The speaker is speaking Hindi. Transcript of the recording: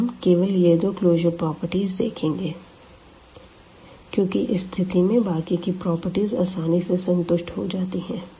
अब हम केवल यह दो क्लोजर प्रॉपर्टीज देखेंगे क्योंकि इस स्थिति में बाकी की प्रॉपर्टीज आसानी से संतुष्ट हो जातीं हैं